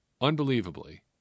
unbelievably